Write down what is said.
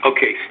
Okay